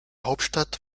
hauptstadt